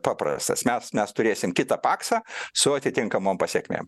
paprastas mes mes turėsim kitą paksą su atitinkamom pasekmėm